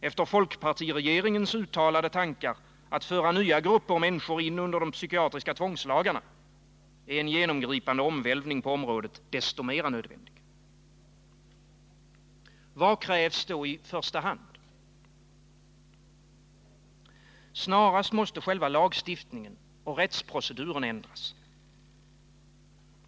Efter folkpartiregeringens uttalade tankar att föra nya grupper människor in under de psykiatriska tvångslagarna är en genomgripande omvälvning på området 135 desto mer nödvändig. Vad krävs då i första hand? Själva lagstiftningen och rättsproceduren måste snarast ändras.